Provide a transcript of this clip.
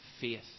faith